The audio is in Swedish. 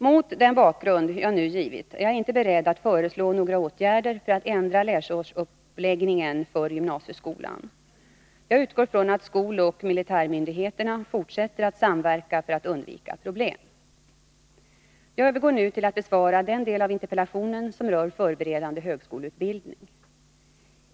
Mot den bakgrund jag nu givit är jag inte beredd att föreslå några åtgärder för att ändra läsårsuppläggningen för gymnasieskolan. Jag utgår från att skoloch militärmyndigheterna fortsätter att samverka för att undvika problem. Jag övergår nu till att besvara den del av interpellationen som rör förberedande högskoleutbildning.